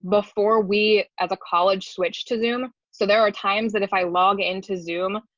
before we as a college switch to zoom. so there are times that if i log into zoom,